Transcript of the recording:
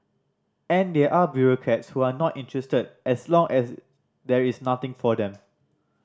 and there are bureaucrats who are not interested as long as there is nothing for them